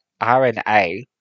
RNA